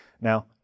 Now